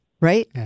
right